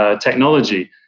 technology